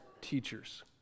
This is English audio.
teachers